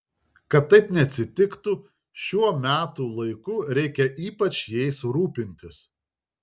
kad taip neatsitiktų šiuo metų laiku reikia ypač jais rūpintis